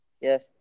Yes